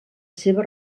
seva